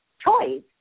choice